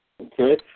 Okay